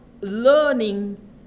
learning